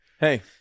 hey